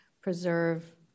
preserve